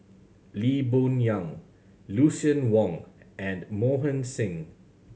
Lee Boon Yang Lucien Wang and Mohan Singh